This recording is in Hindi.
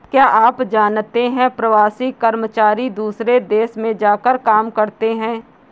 क्या आप जानते है प्रवासी कर्मचारी दूसरे देश में जाकर काम करते है?